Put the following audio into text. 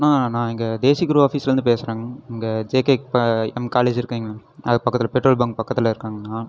அண்ணா நான் இங்கே டெசி க்ரோ ஆஃபிஸ்லேருந்து பேசுறேங் இங்கே ஜேகே எம் காலேஜ் இருக்குதுங் அதுக்கு பக்கத்தில் பெட்ரோல் பங்க் பக்கத்தில் இருக்குங்ணா